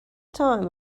time